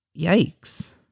yikes